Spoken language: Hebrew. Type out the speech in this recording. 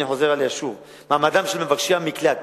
אני חוזר עליה שוב: מעמדם של מבקשי המקלט,